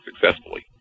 successfully